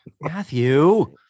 Matthew